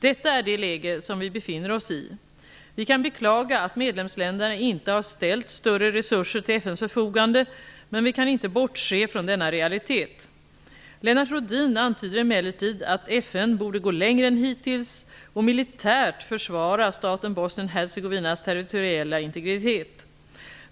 Detta är det läge som vi befinner oss i. Vi kan beklaga att medlemsländerna inte har ställt större resurser till FN:s förfogande, men vi kan inte bortse från denna realitet. Lennart Rohdin antyder emellertid att FN borde gå längre än hittills och militärt försvara staten Bosnien-Hercegovinas territoriella integritet.